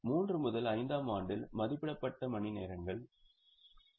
3 முதல் 5 ஆம் ஆண்டில் மதிப்பிடப்பட்ட மணிநேரங்கள் 7000 ஆகும்